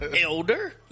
elder